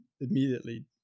immediately